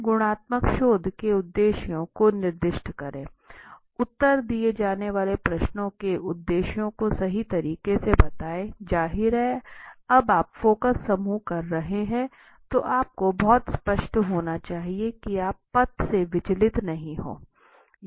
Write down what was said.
फिर गुणात्मक शोध के उद्देश्यों को निर्दिष्ट करें उत्तर दिए जाने वाले प्रश्नों के उद्देश्यों को सही तरीके से बताएं जाहिर है जब आप फोकस समूह कर रहे हैं तो आपको बहुत स्पष्ट होना चाहिए कि आप पथ से विचलित नहीं हो